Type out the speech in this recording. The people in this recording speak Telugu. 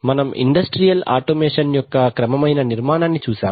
మనం ఇండస్ట్రియల్ ఆటోమేషన్ యొక్క క్రమమైన నిర్మాణాన్ని చూశాం